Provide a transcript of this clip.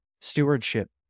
Stewardship